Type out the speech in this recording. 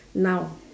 now